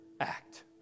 act